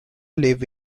live